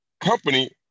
company